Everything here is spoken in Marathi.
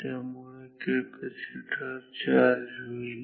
त्यामुळे कॅपॅसिटर चार्ज होईल